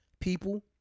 people